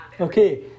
Okay